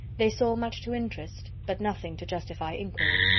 they saw much to interest, but nothing to justify inquiry.